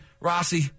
Rossi